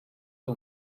que